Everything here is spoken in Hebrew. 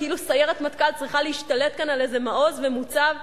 כאילו סיירת מטכ"ל צריכה להשתלט כאן על איזה מעוז ומוצב,